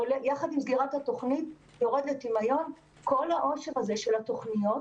יחד עם סגירת התוכנית יורד לטמיון כל העושר הזה של התוכניות